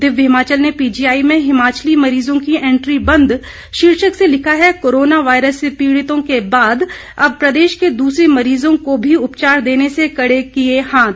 दिव्य हिमाचल ने पीजीआई में हिमाचली मरीजों की एंटरी बंद शीर्षक से लिखा है कोरोना वायरस से पीड़ितों के बाद अब प्रदेश के दूसरे मरीजों को भी उपचार देने से खड़े किए हाथ